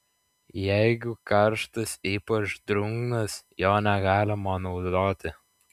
jeigu karštas ypač drungnas jo negalima naudoti